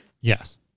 yes